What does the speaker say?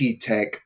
tech